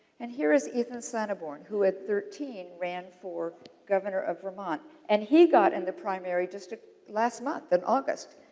and, here is ethan sonneborn who, at thirteen, ran for governor of vermont. and, he got in the primary just last month in august,